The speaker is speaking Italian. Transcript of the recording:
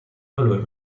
valor